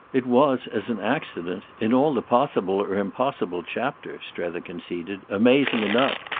it was, as an accident, in all the possible or impossible chapter, strether conceded, amazing enough.